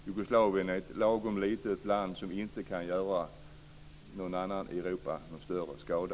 Jugoslavien är ett lagom litet land som inte kan göra någon annan i Europa någon större skada.